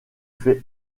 fait